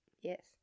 Yes